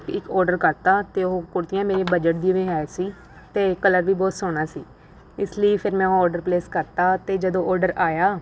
ਇੱਕ ਆਰਡਰ ਕਰ ਦਿੱਤਾ ਅਤੇ ਉਹ ਕੁੜਤੀਆਂ ਮੇਰੇ ਬਜਟ ਦੀ ਵੀ ਹੈ ਸੀ ਅਤੇ ਕਲਰ ਵੀ ਬਹੁਤ ਸੋਹਣਾ ਸੀ ਇਸ ਲਈ ਫਿਰ ਮੈਂ ਆਰਡਰ ਪਲੇਸ ਕਰ ਦਿੱਤਾ ਅਤੇ ਜਦੋਂ ਆਰਡਰ ਆਇਆ